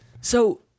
So-